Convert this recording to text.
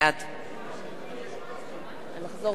בעד היושב-ראש,